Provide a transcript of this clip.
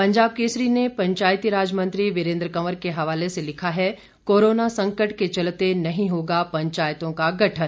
पंजाब केसरी ने पंचायती राज मंत्री वीरेंद्र कंवर के हवाले से लिखा है कोरोना संकट के चलते नहीं होगा पंचायतों का गठन